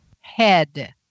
head